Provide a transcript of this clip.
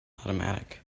automatic